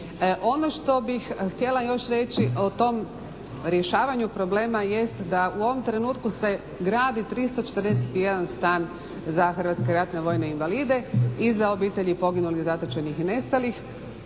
Ono što bih htjela još reći o tom rješavanju problema jest da u ovom trenutku se gradi 341 stan za hrvatske ratne vojne invalide i za obitelji poginulih, zatočenih i nestalih